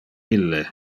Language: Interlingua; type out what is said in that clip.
ille